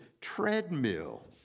treadmill